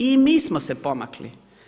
I mi smo se pomakli.